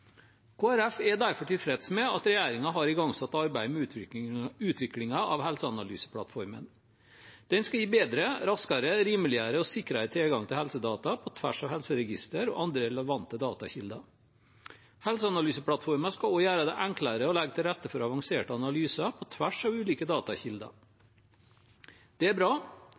Folkeparti er derfor tilfreds med at regjeringen har igangsatt arbeidet med utviklingen av helseanalyseplattformen. Den skal gi bedre, raskere, rimeligere og sikrere tilgang til helsedata på tvers av helseregistre og andre relevante datakilder. Helseanalyseplattformen skal også gjøre det enklere å legge til rette for avanserte analyser på tvers av ulike datakilder. Det er bra,